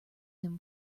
him